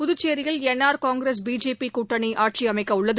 புதுச்சேரியில் என் ஆர் காங்கிரஸ் பிஜேபி கூட்டணி ஆட்சி அமைக்கவுள்ளது